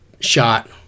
shot